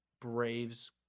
Braves